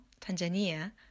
tanzania